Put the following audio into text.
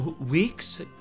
Weeks